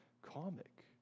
comic